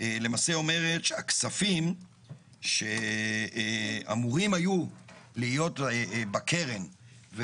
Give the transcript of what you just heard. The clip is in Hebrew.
למעשה אומרת שהכספים שאמורים היו להיות בקרן,